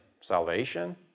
salvation